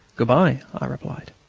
good-bye, i replied.